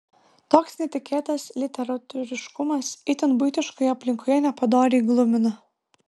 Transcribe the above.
toks netikėtas literatūriškumas itin buitiškoje aplinkoje nepadoriai glumina